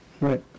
Right